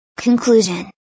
Conclusion